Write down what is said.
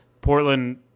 portland